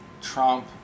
Trump